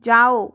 जाओ